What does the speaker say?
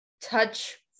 touch